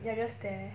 you are just there